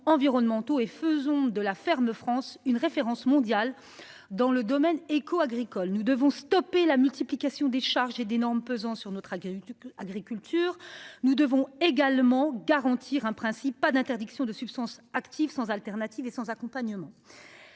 et faisons de la ferme France une référence mondiale dans le domaine. Agricole nous devons stopper la multiplication des charges et des normes pesant sur notre agriculture Agriculture nous devons également garantir un principe pas d'interdictions de substances actives sans alternative et sans accompagnement.